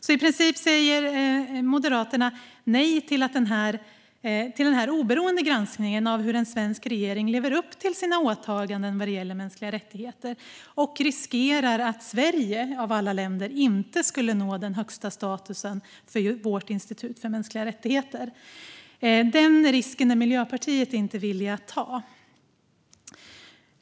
Så i princip säger Moderaterna nej till den här oberoende granskningen av hur en svensk regering lever upp till sina åtaganden vad gäller mänskliga rättigheter och riskerar att Sverige, av alla länder, inte når den högsta statusen för sitt institut för mänskliga rättigheter. Den risken är Miljöpartiet inte villigt att ta.